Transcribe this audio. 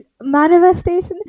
manifestation